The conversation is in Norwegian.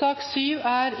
sak nr. 1.